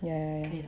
yeah yeah yeah